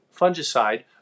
fungicide